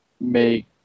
make